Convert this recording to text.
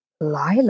Lila